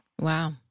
Wow